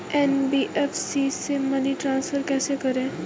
NBFC से money transfer कैसे करें?